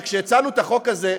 שכשהצענו את החוק הזה,